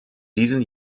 diesen